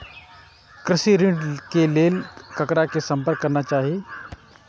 कृषि ऋण के लेल ककरा से संपर्क करना चाही?